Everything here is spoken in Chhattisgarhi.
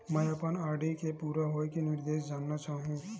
मैं अपन आर.डी के पूरा होये के निर्देश जानना चाहहु